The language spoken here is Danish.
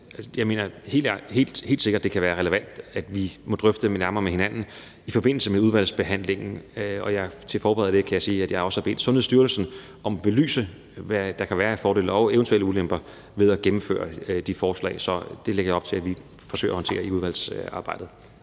jeg mener helt sikkert, at det kan være relevant, at vi drøfter det nærmere i forbindelse med udvalgsbehandlingen. Og jeg kan sige, at jeg som en forberedelse til det har bedt Sundhedsstyrelsen om at belyse, hvad der kan være af fordele og eventuelle ulemper ved at gennemføre det forslag. Så det lægger jeg op til at vi forsøger at håndtere i udvalgsarbejdet.